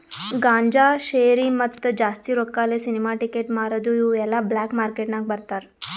ಗಾಂಜಾ, ಶೇರಿ, ಮತ್ತ ಜಾಸ್ತಿ ರೊಕ್ಕಾಲೆ ಸಿನಿಮಾ ಟಿಕೆಟ್ ಮಾರದು ಇವು ಎಲ್ಲಾ ಬ್ಲ್ಯಾಕ್ ಮಾರ್ಕೇಟ್ ನಾಗ್ ಮಾರ್ತಾರ್